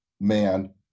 man